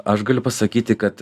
aš galiu pasakyti kad